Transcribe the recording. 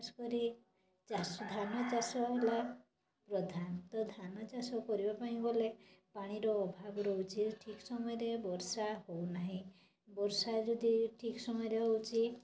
ଖାସ୍ କରି ଚାଷ ଧାନ ଚାଷ ହେଲା ପ୍ରଧାନତଃ ଧାନ ଚାଷ କରିବା ପାଇଁ ବୋଲେ ପାଣିର ଅଭାବ ରହୁଛି ଠିକ୍ ସମୟରେ ବର୍ଷା ହେଉନାହିଁ ବର୍ଷା ଯଦି ଠିକ୍ ସମୟରେ ହେଉଛି